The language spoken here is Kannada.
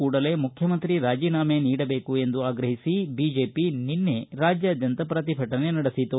ಕೂಡಲೇ ಮುಖ್ಯಮಂತ್ರಿ ರಾಜೀನಾಮೆ ನೀಡಬೇಕು ಎಂದು ಆಗ್ರಹಿಸಿ ಬಿಜೆಪಿ ನಿನ್ನೆ ರಾಜ್ಯಾದ್ಯಂತ ಪ್ರತಿಭಟನೆ ನಡೆಸಿತು